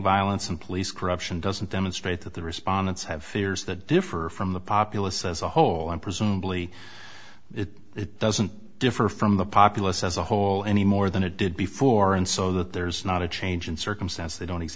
violence and police corruption doesn't demonstrate that the respondents have fears that differ from the populace as a whole and presumably it doesn't differ from the populace as a whole anymore than it did before and so that there's not a change in circumstance they don't